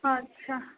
अच्छा